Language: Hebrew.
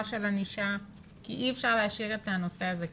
של ענישה כי אי אפשר להשאיר את הנושא הזה כך.